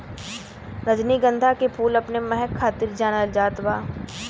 रजनीगंधा के फूल अपने महक खातिर जानल जात बा